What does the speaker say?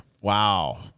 wow